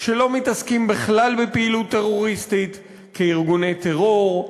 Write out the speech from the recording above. שלא מתעסקים בכלל בפעילות טרוריסטית כארגוני טרור,